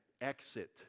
exit